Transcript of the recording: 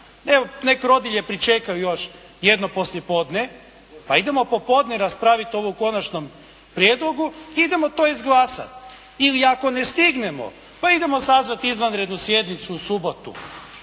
nek rodilje pričekaju još jedno poslije podne, pa idemo popodne raspraviti ovo u konačnom prijedlogu, idemo to izglasati. Ili ako ne stignemo, pa idemo sazvati izvanrednu sjednicu u subotu,